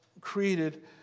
created